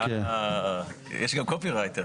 יש גם קופירייטר.